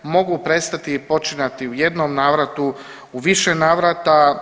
Mogu prestati i počinjati u jednom navratu, u više navrata.